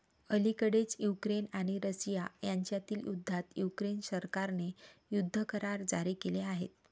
अलिकडेच युक्रेन आणि रशिया यांच्यातील युद्धात युक्रेन सरकारने युद्ध करार जारी केले आहेत